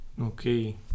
Okay